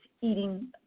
eating